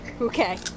Okay